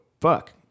fuck